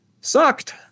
sucked